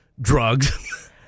drugs